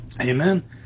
Amen